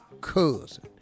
cousin